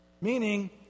Meaning